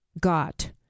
got